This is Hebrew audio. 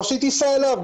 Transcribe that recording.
או שהיא תיסע אליו,